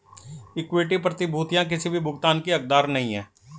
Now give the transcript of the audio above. equity प्रतिभूतियां किसी भी भुगतान की हकदार नहीं हैं